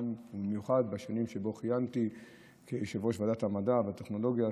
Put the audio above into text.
במיוחד בשנים שבהן כיהנתי כיושב-ראש ועדת המדע והטכנולוגיה,